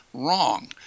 wrong